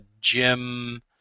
Jim